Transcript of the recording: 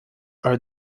are